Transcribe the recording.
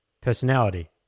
personality